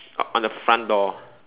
on on the front door